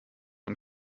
und